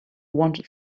wanted